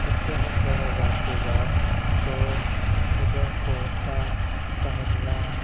اس سے ہٹ کے اگر بات کی جائے تو مجھے گھومنا ٹہلنا